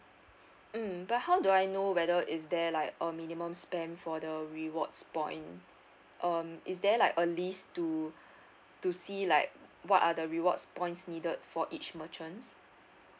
mm but how do I know whether is there like a minimum spend for the rewards point um is there like a list to to see like what are the rewards points needed for each merchants